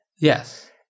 Yes